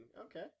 Okay